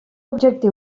objectiu